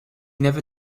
never